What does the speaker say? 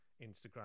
Instagram